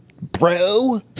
bro